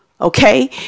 okay